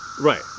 right